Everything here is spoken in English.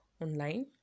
online